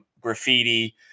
graffiti